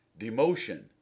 demotion